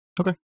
Okay